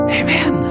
amen